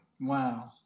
Wow